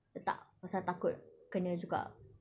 letak pasal takut kena juga